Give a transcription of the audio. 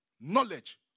knowledge